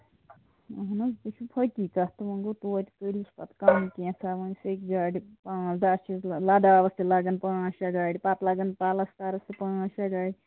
اَہَن حظ سُہ چھُ حٔقیٖقت تہٕ وۅنۍ گوٚو توتہِ کٔرۍہوٗس پَتہٕ کَم کیٚنٛژھا یِم سیٚکہِ گاڑِ پانژھ دَہ چھِ لداوَس چھِ لگان پانژھ شیٚے گاڑِ پَتہٕ لَگان پَلسٹَرَس تہِ پانژھ شیٚے گاڑِ